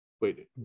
Wait